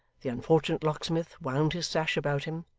the unfortunate locksmith wound his sash about him,